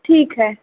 ठीक है